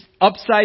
upside